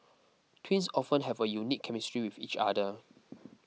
twins often have a unique chemistry with each other